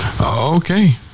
Okay